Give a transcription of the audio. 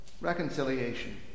reconciliation